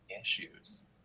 issues